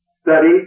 study